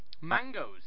mangoes